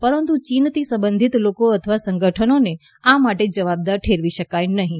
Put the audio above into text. પરંતુ ચીનથી સંબંધિત લોકો અથવા સંગઠનોને આ માટે જવાબદાર ઠેરવી શકાય નહીં